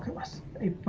was a